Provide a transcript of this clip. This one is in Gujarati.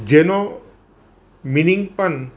જેનો મીનિંગ પણ